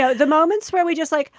so the moments where we just like